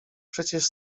przecież